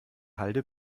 halde